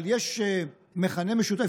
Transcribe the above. אבל יש מכנה משותף,